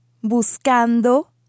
buscando